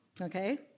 okay